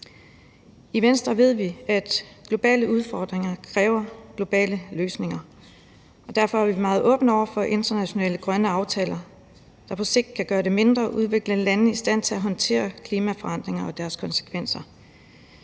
I Venstre ved vi, at globale udfordringer kræver globale løsninger, og derfor er vi meget åbne over for internationale grønne aftaler, der på sigt kan gøre de mindre udviklede lande i stand til at håndtere klimaforandringer og deres konsekvenser.